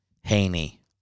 Haney